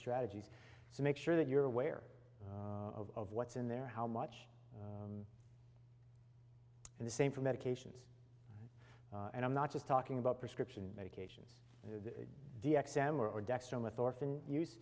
strategies to make sure that you're aware of what's in there how much and the same for medications and i'm not just talking about prescription medication